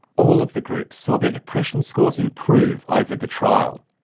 all of the groups saw their depression scores improve over the trial.